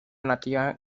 nativa